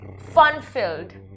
fun-filled